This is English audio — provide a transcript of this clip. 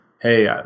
hey